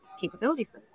capabilities